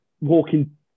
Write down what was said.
walking